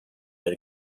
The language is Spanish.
del